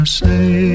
say